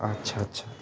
আচ্ছা আচ্ছা